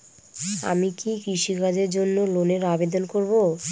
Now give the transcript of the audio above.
আমি কি কৃষিকাজের জন্য লোনের আবেদন করব?